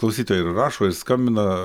klausytojai ir rašo ir skambina